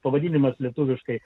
pavadinimas lietuviškai